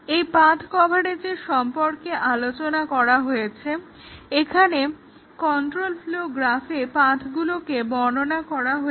এই পাথ্ কভারেজের সম্পর্কে আলোচনা করা হয়েছে যেখানে কন্ট্রোল ফ্লো গ্রাফে পাথ্গুলোকে বর্ণনা করা হয়েছে